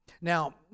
Now